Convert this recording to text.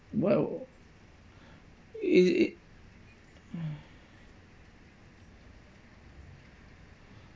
well it it